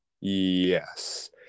Yes